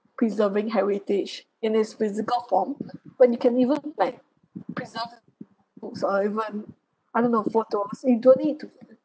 preserving heritage in its physical form when you can even like preserved books or even I don't know for towards you don't need to